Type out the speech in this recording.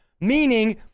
Meaning